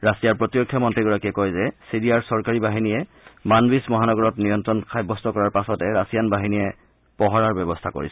ৰাছিয়াৰ প্ৰতিৰক্ষা মন্ত্ৰীগৰাকীয়ে কয় যে চিৰিয়াৰ চৰকাৰী বাহিনীয়ে মানবিজ মহানগৰত নিয়ন্ত্ৰণ সাব্যস্ত কৰাৰ পাছতে ৰাছিয়ান বাহিনীয়ে পোহৰাৰ ব্যৱস্থাৰ কৰিছে